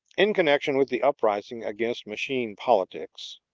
in connection with the uprising against machine politics,